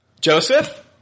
Joseph